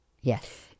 Yes